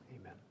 Amen